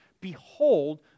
Behold